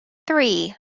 three